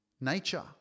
Nature